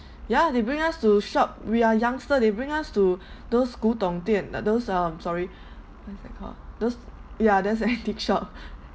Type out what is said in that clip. ya they bring us to shop we are youngster they bring us to those 古董店 those um sorry what is that called those ya there's antique shop